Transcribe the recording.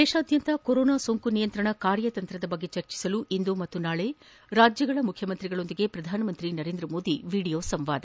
ದೇಶಾದ್ಲಂತ corona ಸೋಂಕು ನಿಯಂತ್ರಣ ಕಾರ್ಯತಂತ್ರ ಕುರಿತು ಚರ್ಚಿಸಲು ಇಂದು ಮತ್ತು ನಾಳೆ ರಾಜ್ಲಗಳ ಮುಖ್ಯಮಂತ್ರಿಗಳೊಂದಿಗೆ ಪ್ರಧಾನಮಂತ್ರಿ ನರೇಂದ್ರಮೋದಿ ವಿಡಿಯೋ ಸಂವಾದ